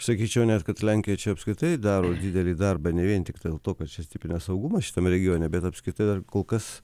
sakyčiau kad lenkija čia apskritai daro didelį darbą ne vien tik dėl to kad čia stiprina saugumą šitame regione bet apskritai kol kas